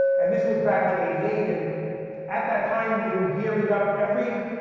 and this was back in eighty eight and at that time they were gearing up every,